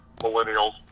millennials